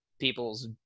people's